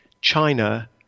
China